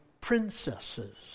princesses